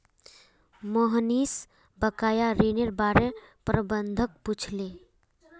मोहनीश बकाया ऋनेर बार प्रबंधक पूछले